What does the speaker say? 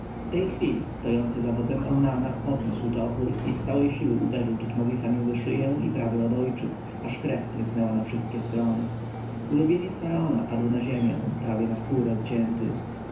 w tej chwili stojący za wodzem eunana podniósł topór i z całej siły uderzył tutmozisa między szyję i prawy obojczyk aż krew trysnęła na wszystkie strony ulubieniec faraona padł na ziemię prawie nawpół rozcięty